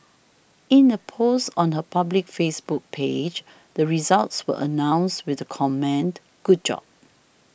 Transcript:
in a post on her public Facebook page the results were announced with the comment Good job